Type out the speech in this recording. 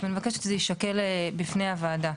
אני מבקשת שזה יישקל בפני הוועדה.